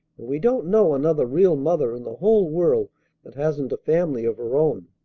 and we don't know another real mother in the whole world that hasn't a family of her own.